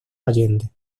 allende